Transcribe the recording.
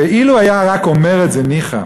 ואילו היה רק מדבר ואומר את זה, ניחא.